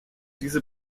diese